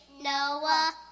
Noah